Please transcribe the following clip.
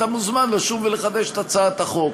אתה מוזמן לשוב ולחדש את הצעת החוק.